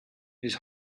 his